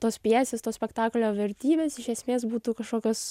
tos pjesės to spektaklio vertybės iš esmės būtų kažkokios